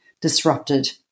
disrupted